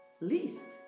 least